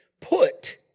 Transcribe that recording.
put